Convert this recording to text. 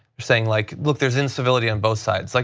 saying, like like, there's incivility on both sides. like